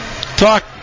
talk